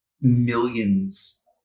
millions